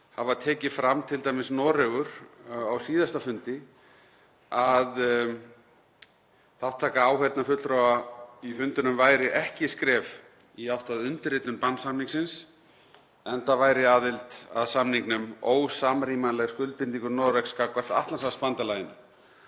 hafa tekið fram, t.d. Noregur á síðasta fundi, að þátttaka áheyrnarfulltrúa í fundinum væri ekki skref í átt að undirritun bannsamningsins enda væri aðild að samningnum ósamrýmanleg skuldbindingum Noregs gagnvart Atlantshafsbandalaginu